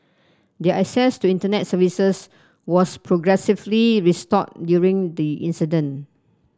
their access to Internet services was progressively restored during the incident